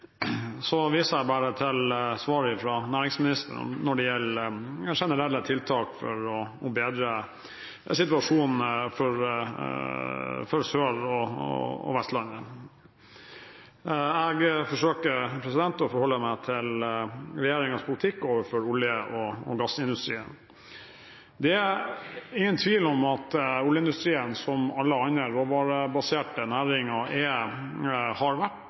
Jeg viser til svaret fra næringsministeren når det gjelder generelle tiltak for å bedre situasjonen for Sør- og Vestlandet. Jeg forsøker å forholde meg til regjeringens politikk overfor olje- og gassindustrien. Det er ingen tvil om at oljeindustrien, som alle andre råvarebaserte næringer, har vært og vil forbli en syklisk bransje, og også en bransje der det er